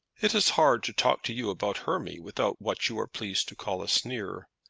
it is hard to talk to you about hermy without what you are pleased to call a sneer.